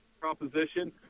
proposition